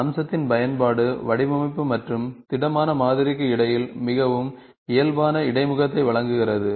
அம்சத்தின் பயன்பாடு வடிவமைப்பு மற்றும் திடமான மாதிரிக்கு இடையில் மிகவும் இயல்பான இடைமுகத்தை வழங்குகிறது